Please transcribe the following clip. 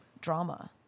drama